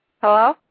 Hello